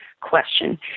question